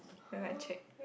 I might check